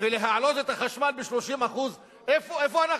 ולהעלות את החשמל ב-30% איפה אנחנו?